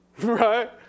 Right